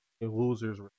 losers